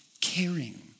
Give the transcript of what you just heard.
caring